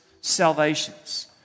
salvations